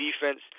defense